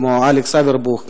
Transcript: כמו אלכס אברבוך,